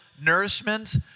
nourishment